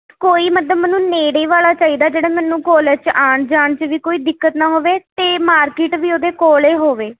ਕੋਈ ਮਤਲਬ ਮੈਨੂੰ ਨੇੜੇ ਵਾਲਾ ਚਾਹੀਦਾ ਜਿਹੜਾ ਮੈਨੂੰ ਕੋਲਜ 'ਚ ਆਉਣ ਜਾਣ 'ਚ ਵੀ ਕੋਈ ਦਿੱਕਤ ਨਾ ਹੋਵੇ ਅਤੇ ਮਾਰਕੀਟ ਵੀ ਉਹਦੇ ਕੋਲ ਹੀ ਹੋਵੇ